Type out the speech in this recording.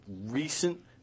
recent